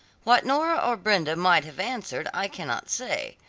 what nora or brenda might have answered, i cannot say,